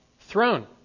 throne